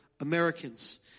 Americans